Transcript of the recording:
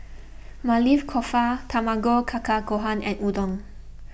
Maili Kofta Tamago Kake Gohan and Udon